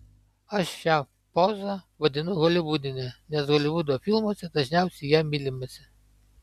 aš šią pozą vadinu holivudine nes holivudo filmuose dažniausiai ja mylimasi